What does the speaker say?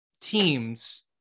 teams